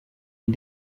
est